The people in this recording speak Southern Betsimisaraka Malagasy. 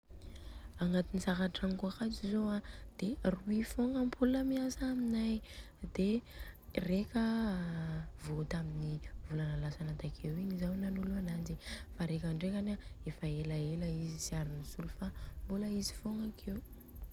Agnatin'ny sakatragnoko akato zô an de roy fogna ampoule miasa aminay, de reka a vô taminy volana lasana takeo igny Zao nanolo ananjy fa reka ndrekany an efa elaela izy tsy ary nisolo fa mbôla izy fogna akeo.